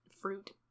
fruit